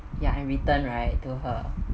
ya and return right to her